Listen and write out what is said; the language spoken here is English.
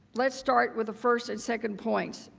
let's start with the first and second point.